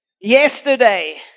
Yesterday